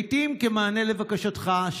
לעיתים כמענה לבקשתך,